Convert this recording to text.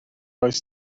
oes